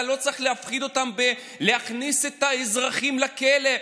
אתה לא צריך להפחיד אותם בלהכניס את האזרחים לכלא.